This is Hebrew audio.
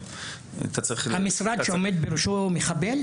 המשרד שעומד בראשו מחבל?